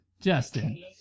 Justin